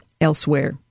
elsewhere